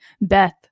Beth